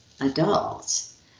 adults